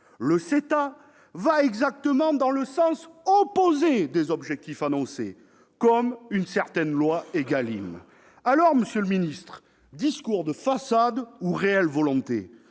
Le CETA va exactement dans le sens opposé des objectifs annoncés ... comme une certaine loi Égalim. Alors, monsieur le ministre, est-ce un discours de façade ou l'expression